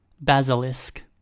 Basilisk